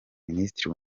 minisitiri